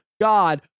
God